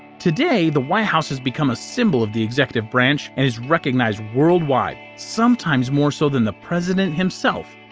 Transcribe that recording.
today, the white house has become a symbol of the executive branch and is recognized worldwide. sometimes more so than the president, himself!